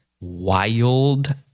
wild